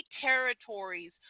territories